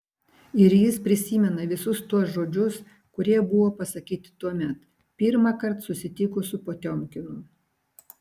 ir jis prisimena visus tuos žodžius kurie buvo pasakyti tuomet pirmąkart susitikus su potiomkinu